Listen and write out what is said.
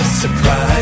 surprise